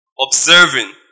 Observing